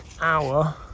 hour